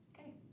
Okay